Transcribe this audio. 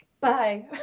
Bye